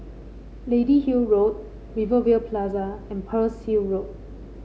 Lady Hill Road Rivervale Plaza and Pearl's Hill Road